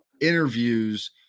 interviews